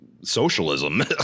socialism